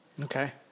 Okay